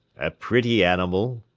a pretty animal,